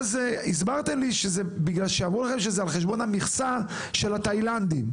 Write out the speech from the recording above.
והסברת לי שזה בגלל שאמרו לכם שזה על חשבון המכסה של התאילנדים.